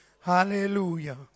Hallelujah